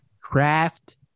craft